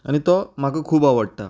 आनी तो म्हाका खूब आवडटा